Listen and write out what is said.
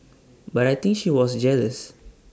but I think she was jealous